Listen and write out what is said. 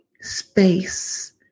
space